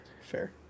fair